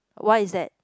why is that